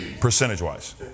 Percentage-wise